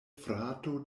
frato